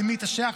למי אתה שייך?